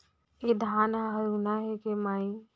ए धान ह हरूना हे के माई?